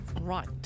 right